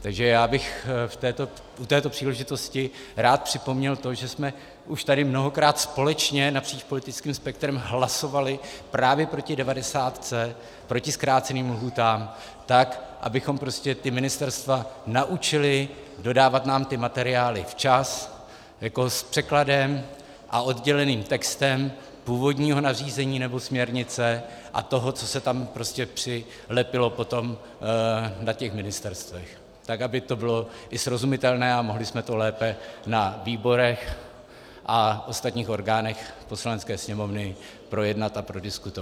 Takže já bych u této příležitosti rád připomněl to, že už jsme tady mnohokrát společně napříč politickým spektrem hlasovali právě proti devadesátce, proti zkráceným lhůtám, tak abychom ta ministerstva naučili dodávat nám materiály včas, s překladem a odděleným textem původního nařízení nebo směrnice a toho, co se tam přilepilo potom na těch ministerstvech, tak aby to bylo i srozumitelné a mohli jsme to lépe na výborech a ostatních orgánech Poslanecké sněmovny projednat a prodiskutovat.